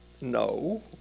no